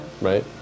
Right